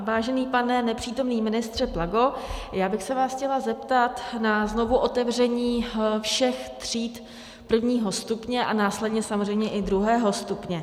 Vážený pane nepřítomný ministře Plago, já bych se vás chtěla zeptat na znovuotevření všech tříd prvního stupně a následně samozřejmě i druhého stupně.